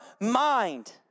mind